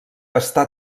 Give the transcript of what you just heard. està